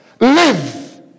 live